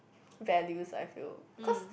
values I feel cause